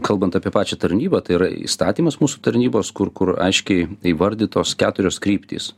kalbant apie pačią tarnybą tai yra įstatymas mūsų tarnybos kur kur aiškiai įvardytos keturios kryptys